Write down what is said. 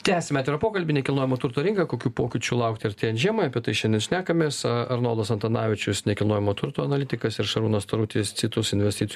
tęsiame atvirą pokalbį nekilnojamo turto rinka kokių pokyčių laukti artėjan žiemai apie tai šiandien šnekamės arnoldas antanavičius nekilnojamo turto analitikas ir šarūnas tarutis citus investicijų